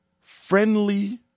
friendly